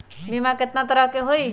बीमा केतना तरह के होइ?